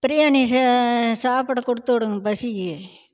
பிரியாணி சாப்பிட கொடுத்துவுடுங்க பசிக்கு